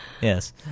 Yes